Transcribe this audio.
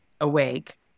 awake